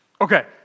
Okay